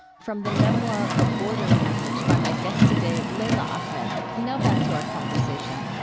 from the memoir a border passage by my guest today, leila ahmed. now back to our conversation